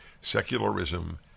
Secularism